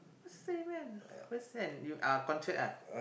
concert ah